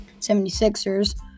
76ers